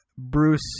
Bruce